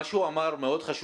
מה שהוא אמר מאוד חשוב,